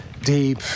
deep